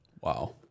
Wow